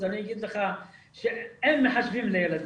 אני אגיד לך שאין מחשבים לילדים.